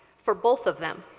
for both of them.